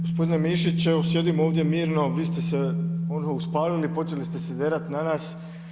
Gospodin Mišiću, sjedim ovdje mirno, vi ste se vrlo uspalili, počeli ste se derati na nas.